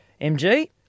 MG